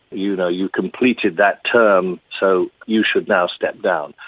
you know you completed that term so you should now step down.